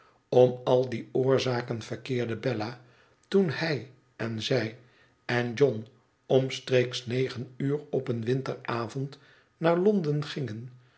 om al die oorzaken verkeerde bella toen hij en zij en john omstreeks negen uur op een winteravond naar londen gingen